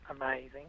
amazing